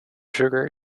sugar